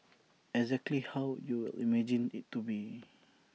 exactly how you would imagine IT to be